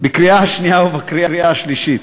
בקריאה השנייה ובקריאה השלישית.